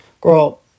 Girl